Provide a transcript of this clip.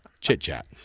chit-chat